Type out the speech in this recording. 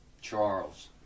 Charles